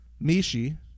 Mishi